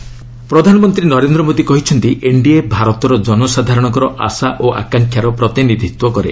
PM NDA ପ୍ରଧାନମନ୍ତ୍ରୀ ନରେନ୍ଦ୍ର ମୋଦି କହିଛନ୍ତି NDA ଭାରତର ଜନସାଧାରଣଙ୍କର ଆଶା ଓ ଆକାଂକ୍ଷାର ପ୍ରତିନିଧିତ୍ୱ କରେ